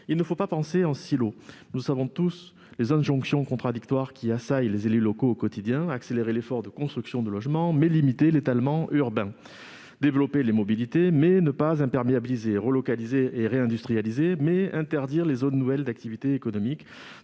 Il ne faut pas penser en silos. Nous savons tous les injonctions contradictoires qui assaillent au quotidien les élus locaux : accélérer l'effort de construction de logements mais limiter l'étalement urbain ; développer les mobilités mais ne pas imperméabiliser ; relocaliser et réindustrialiser mais interdire les zones nouvelles d'activités économiques